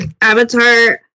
Avatar